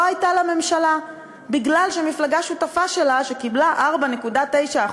לא הייתה לה ממשלה מפני שמפלגה שותפה שלה קיבלה 4.9%,